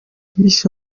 bishe